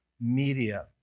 media